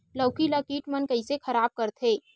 लौकी ला कीट मन कइसे खराब करथे?